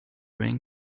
ring